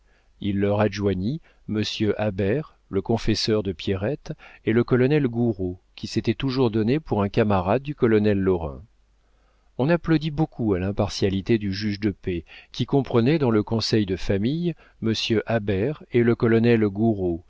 il leur adjoignit monsieur habert le confesseur de pierrette et le colonel gouraud qui s'était toujours donné pour un camarade du colonel lorrain on applaudit beaucoup à l'impartialité du juge de paix qui comprenait dans le conseil de famille monsieur habert et le colonel